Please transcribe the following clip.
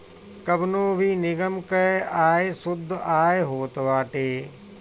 कवनो भी निगम कअ आय शुद्ध आय होत बाटे